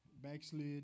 Backslid